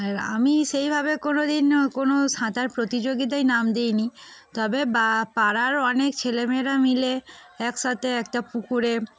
আর আমি সেইভাবে কোনো দিন কোনো সাঁতার প্রতিযোগিতায় নাম দিইনি তবে বা পাড়ার অনেক ছেলেমেয়েরা মিলে একসাথে একটা পুকুরে